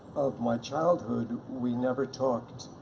of my childhood, we never talked